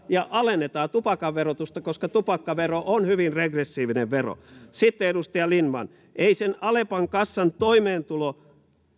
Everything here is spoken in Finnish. ja alennetaan tupakan verotusta koska tupakkavero on hyvin regressiivinen vero sitten edustaja lindtman ei sen alepan kassan toimeentulo